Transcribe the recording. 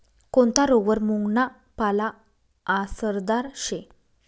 कोनता रोगवर मुंगना पाला आसरदार शे